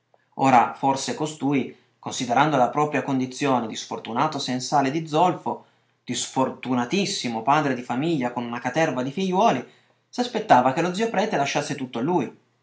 ora forse costui considerando la propria condizione di sfortunato sensale di zolfo di sfortunatissimo padre di famiglia con una caterva di figliuoli s'aspettava che lo zio prete lasciasse tutto a lui